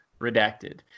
redacted